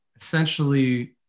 essentially